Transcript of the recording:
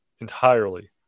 entirely